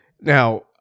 Now